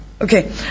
Okay